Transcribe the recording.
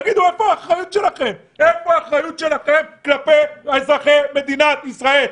איפה האחריות שלכם כלפי אזרחי מדינת ישראל?